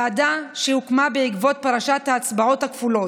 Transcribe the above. ועדה שהוקמה בעקבות פרשת ההצבעות הכפולות.